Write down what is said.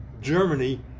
Germany